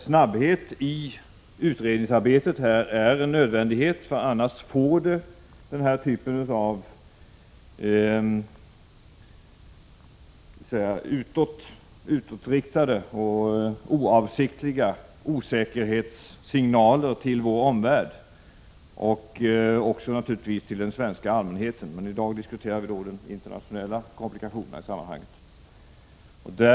Snabbhet i utredningsarbetet är en nödvändighet, för annars ger vi oavsiktliga osäkerhetssignaler till vår omvärld — och naturligtvis även till den svenska allmänheten, men i dag diskuterar vi internationella komplikationer i sammanhanget.